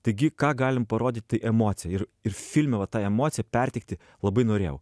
taigi ką galim parodyti emocija ir filme va ta emocija perteikti labai norėjau